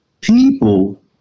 people